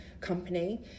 company